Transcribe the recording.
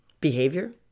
behavior